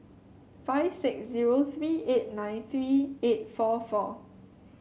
five six zero three eight nine three eight four four